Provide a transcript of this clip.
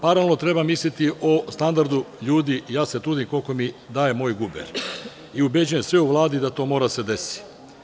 Paralelno treba misliti o standardu ljudi i ja se trudim koliko mi daje moj guber i ubeđujem sve u Vladi da to mora da se desi.